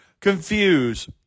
confuse